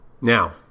Now